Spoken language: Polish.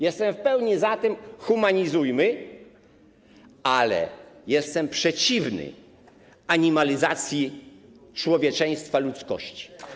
Jestem w pełni za tym, humanizujmy, ale jestem przeciwny animalizacji człowieczeństwa ludzkości.